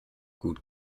gut